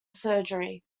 surgery